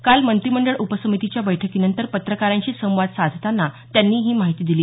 काल मंत्रिमंडळ उपसमितीच्या बैठकीनंतर पत्रकारांशी संवाद साधताना त्यांनी ही माहिती दिली